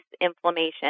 inflammation